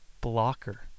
blocker